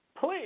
please